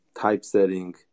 typesetting